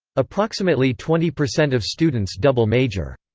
approximately twenty percent of students double-major.